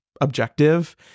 objective